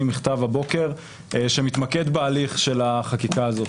מכתב הבוקר שמתמקד בהליך החקיקה הזו.